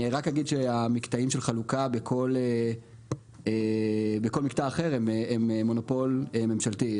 אני רק אגיד שהמקטעים של חלוקה בכל מקטע אחר הם מונופול ממשלתי,